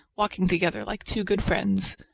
walking together like two good friends.